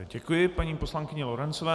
Děkuji paní poslankyni Lorencové.